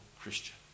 Christian